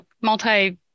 multi